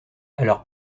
alors